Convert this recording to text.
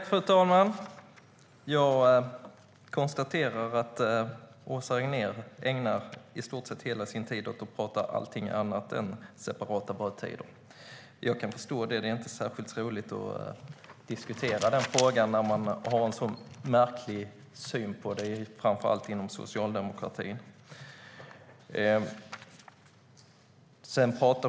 Fru talman! Jag konstaterar att Åsa Regnér ägnar i stort sett hela sin tid åt att tala om allting annat än separata badtider. Jag kan förstå det. Det är inte särskilt roligt att diskutera den frågan när man har en så märklig syn på det framför allt inom Socialdemokraterna.